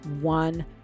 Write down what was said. one